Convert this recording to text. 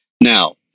Now